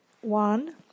One